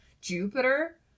jupiter